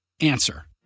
Answer